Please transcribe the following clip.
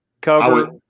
cover